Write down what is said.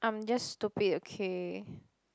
I'm just stupid okay